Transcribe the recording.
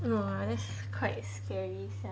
!wah! that's quite scary sia